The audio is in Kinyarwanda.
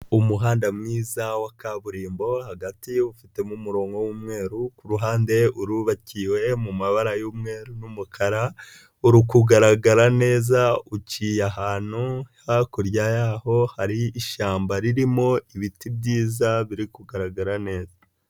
Umuhanda mwiza wa kaburimbo, hagati y'uwufitemo umurongo w'umweru, kuruhande urubakiwe mu mabara y'umweru n'umukara, uri kugaragara neza uciye ahantu hakurya yaho hari ishyamba ririmo ibiti byiza biri kugaragara neza.